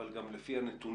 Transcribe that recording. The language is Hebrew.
אבל גם לפי הנתונים,